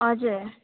हजुर